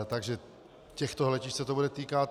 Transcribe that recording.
Takže těchto letišť se to bude týkat.